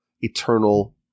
eternal